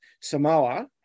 Samoa